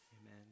Amen